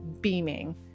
beaming